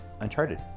Uncharted